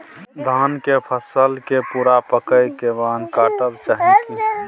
धान के फसल के पूरा पकै के बाद काटब चाही की?